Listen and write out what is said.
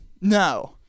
no